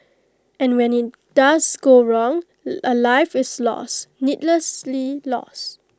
and when IT does go wrong A life is lost needlessly lost